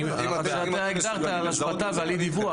אם אתם מסוגלים לזהות את זה, אין לי בעיה.